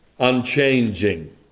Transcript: Unchanging